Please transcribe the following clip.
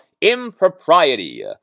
impropriety